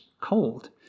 cold